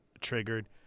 triggered